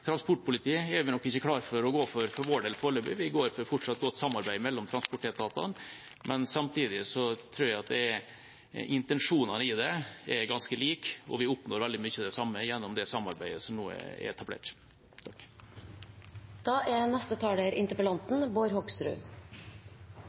er vi nok for vår del ikke klar til å gå inn for foreløpig. Vi går inn for fortsatt godt samarbeid mellom transportetatene. Samtidig tror jeg intensjonene i dette er ganske like, og vi oppnår veldig mye av det samme gjennom det samarbeidet som nå er etablert.